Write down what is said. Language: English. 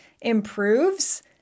improves